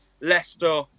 Leicester